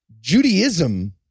Judaism